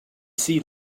see